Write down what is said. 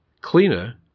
cleaner